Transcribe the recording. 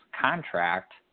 contract